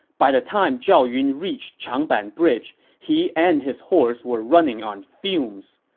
by the time zhao yun reached changban bridge, he and his horse were running on fumes.